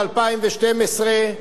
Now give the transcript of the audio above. ב-2012,